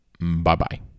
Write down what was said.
Bye-bye